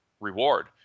reward